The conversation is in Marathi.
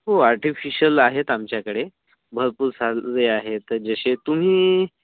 हो आर्टिफिशल आहेत आमच्याकडे भरपूर सारे आहेत जसे तुम्ही